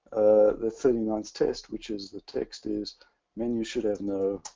the thirty ninth test, which is the text is menu should have no,